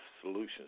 solutions